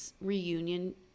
reunion